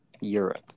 Europe